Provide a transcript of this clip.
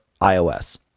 ios